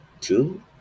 two